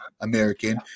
American